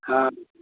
हँ